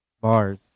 Bars